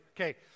okay